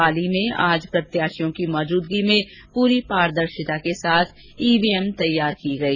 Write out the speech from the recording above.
पाली में आज प्रत्याशियों के समक्ष पूरी पारदर्शिता के साथ ईवीएम तैयार की गई